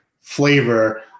flavor